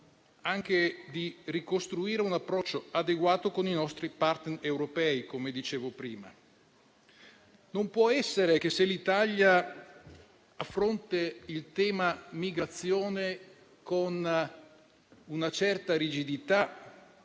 anche di ricostruire un approccio adeguato con i nostri *partner* europei, come dicevo prima. Non può essere che se l'Italia affronta il tema migrazione con una certa rigidità